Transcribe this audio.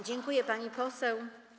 Dziękuję, pani poseł.